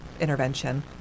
intervention